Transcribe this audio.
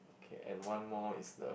okay and one more is the